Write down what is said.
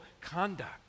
conduct